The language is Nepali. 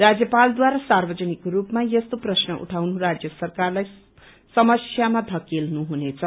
राज्यपालद्वारा सार्वजनिक स्रपमा यस्तो प्रश्न उठाउनु राज्य सरकारलाई समस्यामा धकेल्नु हुनेछ